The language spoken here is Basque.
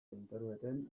interneten